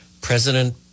President